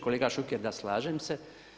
Kolega Šuker, da, slažem se.